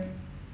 right